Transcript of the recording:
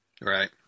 Right